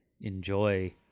enjoy